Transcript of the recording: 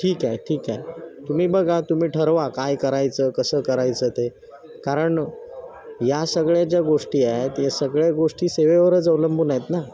ठीक आहे ठीक आहे तुम्ही बघा तुम्ही ठरवा काय करायचं कसं करायचं ते कारण या सगळ्या ज्या गोष्टी आहेत या सगळ्या गोष्टी सेवेवरच अवलंबून आहेत ना